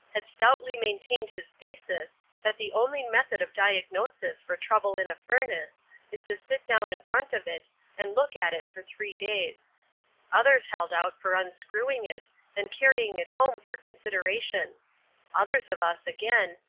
had stoutly maintained his thesis that the only method of diagnosis for trouble in a furnace is to sit down in front of it and look at it for three days others held out for unscrewing it and carrying it home for consideration others of us, again,